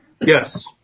Yes